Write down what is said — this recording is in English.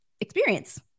experience